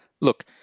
look